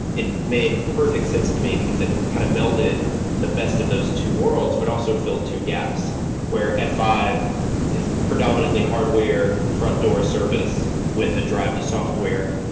it made perfect sense to me because it kind of melded the best of those two worlds, but also filled two gaps where f five is predominantly hardware front door service with a drive to software.